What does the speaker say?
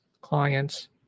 clients